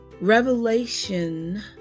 revelation